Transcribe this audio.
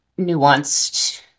nuanced